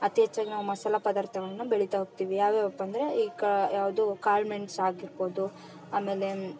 ಅತಿ ಹೆಚ್ಚಾಗಿ ನಾವು ಮಸಾಲೆ ಪದಾರ್ಥಗಳನ್ನ ಬೆಳೀತಾ ಹೋಗ್ತೀವಿ ಯಾವ್ಯಾವು ಅಂದರೆ ಈ ಕ ಯಾವುದು ಕಾಳು ಮೆಣ್ಸು ಆಗಿರ್ಬೋದು ಆಮೇಲೇನು